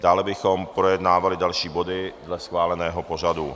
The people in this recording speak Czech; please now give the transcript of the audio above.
Dále bychom projednávali další body dle schváleného pořadu.